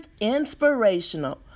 inspirational